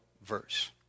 verse